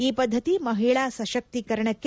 ಈ ಪದ್ದತಿ ಮಹಿಳಾ ಸಶಕ್ತೀಕರಣಕ್ಕೆ